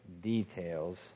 details